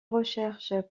recherches